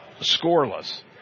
scoreless